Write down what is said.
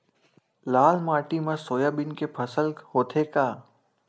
लाल माटी मा सोयाबीन के फसल होथे का?